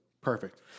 Perfect